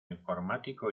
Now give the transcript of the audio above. informático